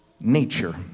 nature